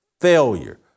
failure